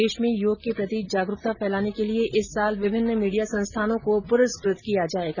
देश में योग के प्रति जागरूकता फैलाने के लिए इस साल विभिन्न मीडिया संस्थानों को पुरूस्कृत किया जाएगा